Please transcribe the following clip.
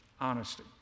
Honesty